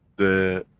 the,